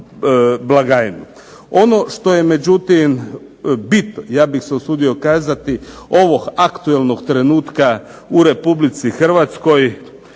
blagajnu. Ono što je međutim bit, ja bih se usudio kazati, ovog aktualnog trenutka u Republici Hrvatskoj,